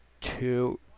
two